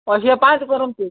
ଅଧିକା ପାଞ୍ଚ କରନ୍ତୁ